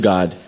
God